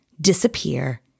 disappear